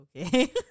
Okay